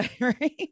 right